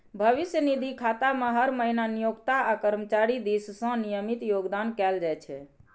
भविष्य निधि खाता मे हर महीना नियोक्ता आ कर्मचारी दिस सं नियमित योगदान कैल जाइ छै